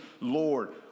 Lord